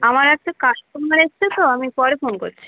আমার একটা কাস্টমার এসছে তো আমি পরে ফোন করছি